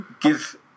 give